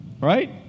Right